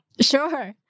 Sure